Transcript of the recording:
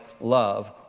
love